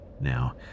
Now